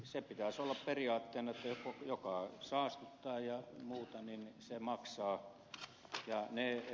sen pitäisi olla periaatteena että joka saastuttaa ja muuta niin se maksaa